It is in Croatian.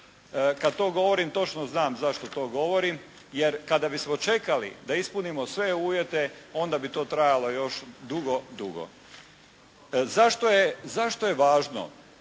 Kad to govorim točno znam zašto to govorim jer kada bismo čekali da ispunimo sve uvjete onda bi to trajalo još dugo, dugo. Zašto je, zašto